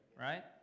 right